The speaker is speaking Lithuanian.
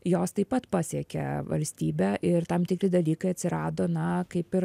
jos taip pat pasiekė valstybę ir tam tikri dalykai atsirado na kaip ir